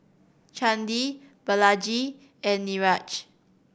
Chandi Balaji and Niraj